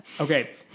Okay